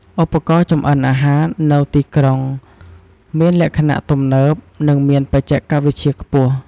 ឧបករណ៍ចម្អិនអាហារនៅទីក្រុងមានលក្ខណៈទំនើប និងមានបច្ចេកវិទ្យាខ្ពស់។